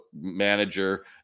manager